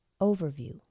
Overview